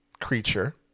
creature